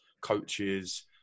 coaches